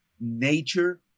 nature